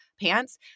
pants